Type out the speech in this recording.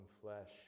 flesh